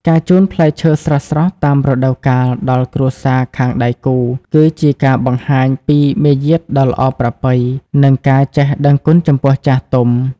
ការជូនផ្លែឈើស្រស់ៗតាមរដូវកាលដល់គ្រួសារខាងដៃគូ គឺជាការបង្ហាញពីមារយាទដ៏ល្អប្រពៃ និងការចេះដឹងគុណចំពោះចាស់ទុំ។